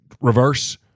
reverse